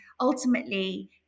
ultimately